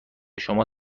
شما